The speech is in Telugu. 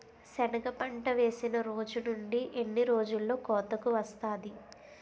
సెనగ పంట వేసిన రోజు నుండి ఎన్ని రోజుల్లో కోతకు వస్తాది?